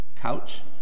couch